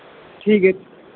ਠੀਕ ਹੈ